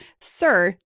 Sir